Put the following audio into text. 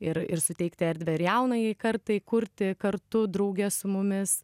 ir ir suteikti erdvę ir jaunajai kartai kurti kartu drauge su mumis